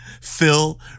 Phil